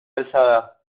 alzada